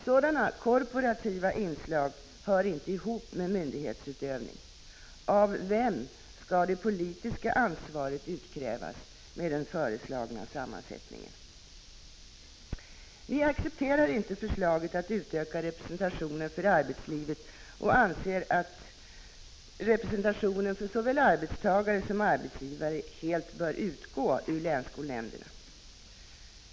Sådana korporativa inslag hör inte ihop med myndighetsutövning. Av vem skall det politiska ansvaret utkrävas med den föreslagna sammansättningen? Vi accepterar inte förslaget att utöka representationen för arbetslivet. Vi anser att representationen för såväl arbetstagare som arbetsgivare helt bör utgå ur länsskolnämnderna.